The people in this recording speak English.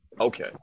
Okay